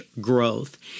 growth